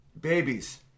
babies